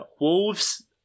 Wolves